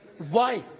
why?